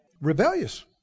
Rebellious